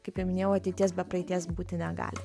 kaip ir minėjau ateities be praeities būti negali